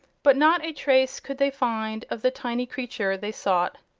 but not a trace could they find of the tiny creature they sought.